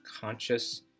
conscious